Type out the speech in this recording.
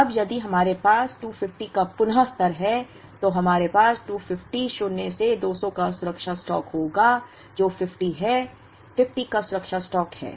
अब यदि हमारे पास 250 का पुनः स्तर है तो हमारे पास 250 शून्य से 200 का सुरक्षा स्टॉक होगा जो 50 है 50 का सुरक्षा स्टॉक है